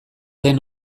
den